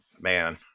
man